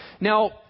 Now